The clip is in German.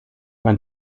man